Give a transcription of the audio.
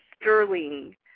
sterling